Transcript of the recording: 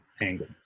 angle